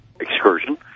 excursion